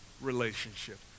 relationship